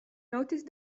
noticed